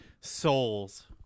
souls